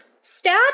stat